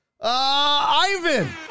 Ivan